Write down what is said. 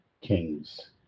kings